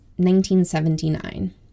1979